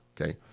okay